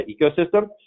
ecosystem